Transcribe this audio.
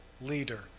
leader